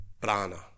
prana